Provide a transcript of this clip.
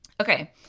Okay